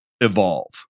evolve